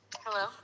Hello